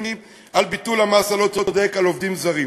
על ביטול המס הלא-צודק על עובדים זרים.